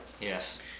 Yes